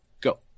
Go